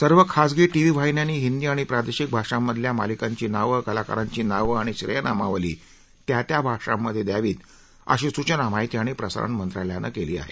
सर्व खासगी टीव्ही वाहिन्यांनी हिंदी आणि प्रादेशिक भाषांमधल्या मालिकांची नावं कलाकारांची नावं आणि श्रेयनामावली त्या त्या भाषांमध्ये द्यावी अशी सूचना माहिती आणि प्रसारण मंत्रालयानं केली आहे